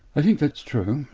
i think that's true,